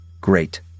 Great